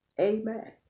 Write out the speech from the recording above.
Amen